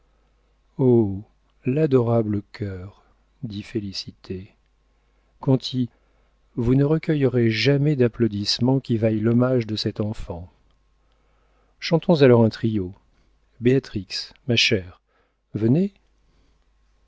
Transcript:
l'adorable cœur dit félicité conti vous ne recueillerez jamais d'applaudissements qui vaillent l'hommage de cet enfant chantons alors un trio béatrix ma chère venez